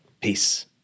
Peace